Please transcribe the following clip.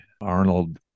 Arnold